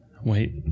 Wait